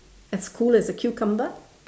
as cool as a cucumber